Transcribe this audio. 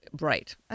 Right